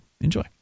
enjoy